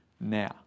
now